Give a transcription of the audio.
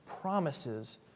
promises